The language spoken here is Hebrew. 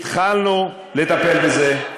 התחלנו לטפל בזה,